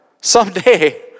someday